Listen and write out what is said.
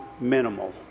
minimal